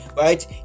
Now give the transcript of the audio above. right